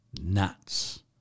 nuts